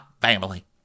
family